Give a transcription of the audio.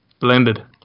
Blended